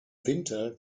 winter